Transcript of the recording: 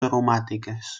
aromàtiques